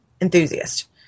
enthusiast